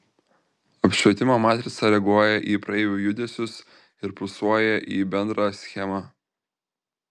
apšvietimo matrica reaguoja į praeivių judesius ir pulsuoja į bendrą schemą